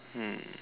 mm